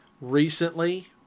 recently